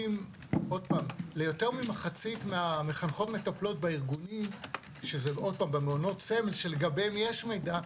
ליותר ממחצית מהמחנכות מטפלות בארגונים שלגביהם יש מידע,